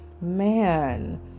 Man